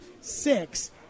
six